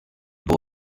bow